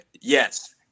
yes